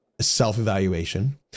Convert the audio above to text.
self-evaluation